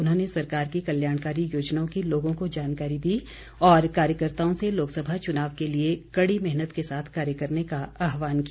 उन्होंने सरकार की कल्याणकारी योजनाओं की लोगों को जानकारी दी और कार्यकर्ताओं से लोकसभा चुनाव के लिए कड़ी मेहनत के साथ कार्य करने का आह्वान किया